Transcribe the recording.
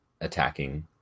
attacking